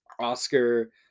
Oscar